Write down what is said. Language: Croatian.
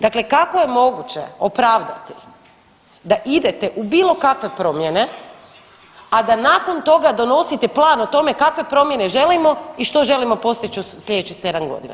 Dakle, kako je moguće opravdati da idete u bilo kakve promjene, a da nakon toga donosite plan o tome kakve promjene želimo i što želimo postići u sljedećih 7 godina.